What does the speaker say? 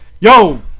Yo